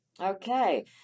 Okay